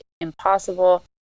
impossible